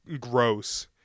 gross